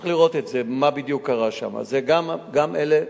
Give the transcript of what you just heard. זה לא בסמכותנו.